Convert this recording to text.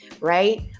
right